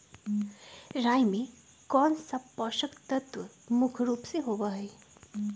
राई में कौन सा पौषक तत्व मुख्य रुप से होबा हई?